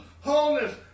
wholeness